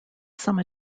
some